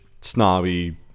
snobby